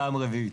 פעם רביעית.